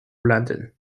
london